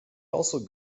also